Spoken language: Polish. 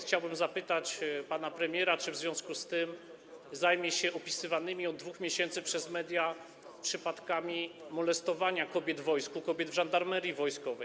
Chciałbym zapytać pana premiera czy w związku z tym zajmie się opisywanymi od 2 miesięcy przez media przypadkami molestowania kobiet w wojsku, kobiet w Żandarmerii Wojskowej.